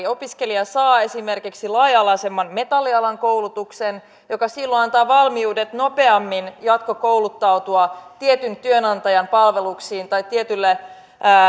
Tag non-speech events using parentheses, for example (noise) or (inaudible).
(unintelligible) opiskelija saa esimerkiksi laaja alaisemman metallialan koulutuksen joka silloin antaa valmiudet nopeammin jatkokouluttautua tietyn työnantajan palvelukseen tai